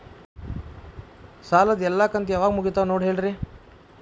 ಸಾಲದ ಎಲ್ಲಾ ಕಂತು ಯಾವಾಗ ಮುಗಿತಾವ ನೋಡಿ ಹೇಳ್ರಿ